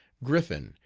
griffin,